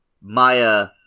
Maya